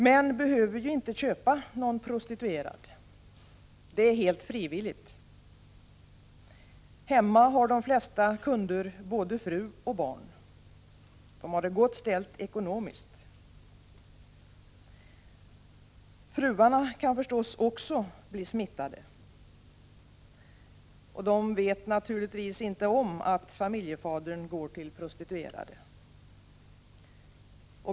Män behöver ju inte köpa någon prostituerad. Det är helt frivilligt. Hemma har de flesta kunder både fru och barn. Har det gott ställt ekonomiskt. Fruarna kan förstås också bli smittade. De vet naturligtvis inte om att familjefadern går till prostituerade.